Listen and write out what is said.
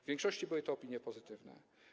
W większości były to opinie pozytywne.